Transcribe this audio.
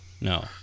No